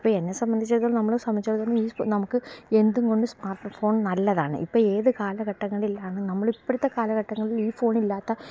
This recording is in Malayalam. ഇപ്പോൾ എന്നെ സംബന്ധിച്ചിടത്തോളം നമ്മളെ സംബന്ധിച്ചിടത്തോളം ഈ നമുക്ക് എന്തും കൊണ്ട് സ്മാർട്ട് ഫോൺ നല്ലതാണ് ഇപ്പോൾ ഏതു കാലഘട്ടങ്ങളിലാണ് നമ്മൾ ഇപ്പോഴത്തെ കാലഘട്ടങ്ങളിൽ ഈ ഫോൺ ഇല്ലാത്ത